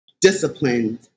disciplined